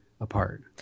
apart